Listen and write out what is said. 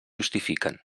justifiquen